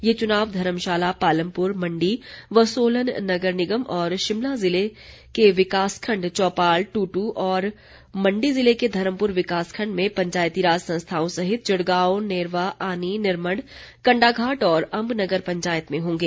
ये चुनाव धर्मशाला पालमपुर मण्डी व सोलन नगर निगम और शिमला जिले के विकास खण्ड चौपाल दूटू और मण्डी जिले के धर्मपुर विकास खण्ड में पंचायती राज संस्थाओं सहित चिड़गांव नेरवा आनी निरमण्ड कंडाघाट और अम्ब नगर पंचायत में होंगे